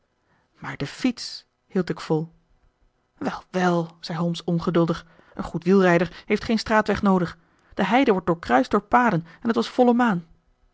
maar de fiets hield ik vol wel wel zei holmes ongeduldig een goed wielrijder heeft geen straatweg noodig de heide wordt doorkruist door paden en het was volle maan